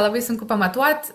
labai sunku pamatuot